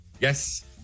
Yes